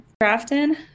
Grafton